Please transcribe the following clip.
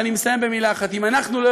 ואני מסיים במילה אחת: אם אנחנו לא